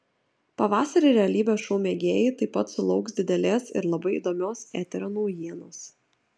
pavasarį realybės šou mėgėjai taip pat sulauks didelės ir labai įdomios eterio naujienos